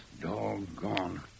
Doggone